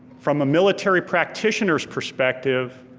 from a military practitioner's perspective,